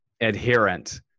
adherent